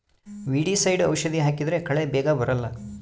weedicide ಔಷಧಿ ಹಾಕಿದ್ರೆ ಕಳೆ ಬೇಗ ಬರಲ್ಲ